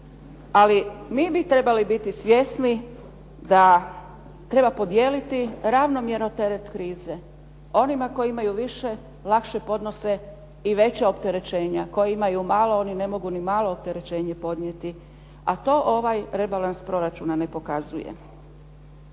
ali mi bi trebali biti svjesni da treba podijeliti ravnomjerno teret krize. Oni koji imaju više lakše podnose i veća opterećenja, koji imaju malo oni ne mogu ni malo opterećenje podnijeti, a to ovaj rebalans proračuna ne pokazuje.